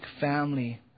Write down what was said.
family